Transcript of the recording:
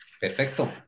Perfecto